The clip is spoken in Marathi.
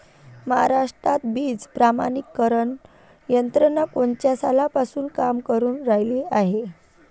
महाराष्ट्रात बीज प्रमानीकरण यंत्रना कोनच्या सालापासून काम करुन रायली हाये?